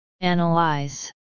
Analyze